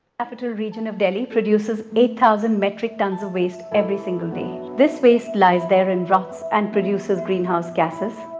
capital region of delhi produces eight thousand metric tons of waste every single day. this waste lies there and rots and produces greenhouse gases.